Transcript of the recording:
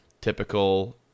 typical